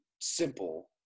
simple